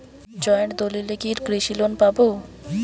Joint দলিলে কি কৃষি লোন পাব?